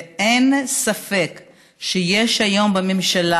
אין ספק שיש היום בממשלה,